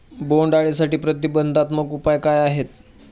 बोंडअळीसाठी प्रतिबंधात्मक उपाय काय आहेत?